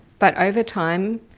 but over time,